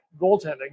goaltending